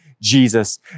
Jesus